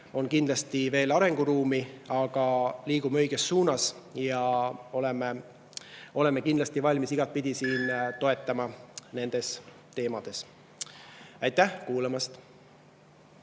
on kindlasti veel arenguruumi, aga me liigume õiges suunas. Ja me oleme kindlasti valmis igatpidi toetama nendes teemades. Aitäh kuulamast!